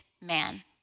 man